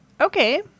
Okay